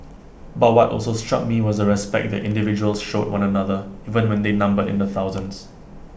but what also struck me was the respect individuals showed one another even when they numbered in the thousands